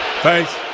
Thanks